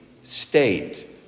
state